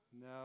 No